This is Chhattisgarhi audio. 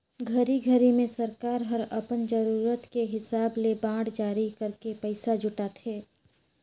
घरी घरी मे सरकार हर अपन जरूरत के हिसाब ले बांड जारी करके पइसा जुटाथे